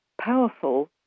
powerful